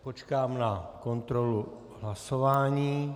Počkám na kontrolu hlasování.